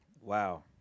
Wow